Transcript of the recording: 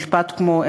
משפט כמו,